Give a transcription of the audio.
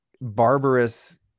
barbarous